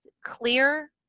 clear